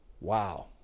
Wow